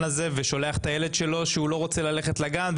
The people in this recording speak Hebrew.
הזה ששולח את הילד שלו שלא רוצה ללכת לגן,